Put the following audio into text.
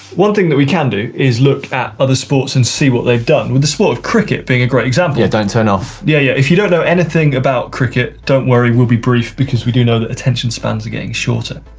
one thing that we can do is look at other sports and see what they've done, with the sport of cricket being a great example. yeah, don't turn off. yeah yeah, if you don't know anything about cricket, don't worry, we'll be brief because we do know that attention spans are getting shorter.